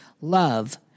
love